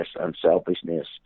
unselfishness